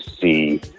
see